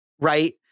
right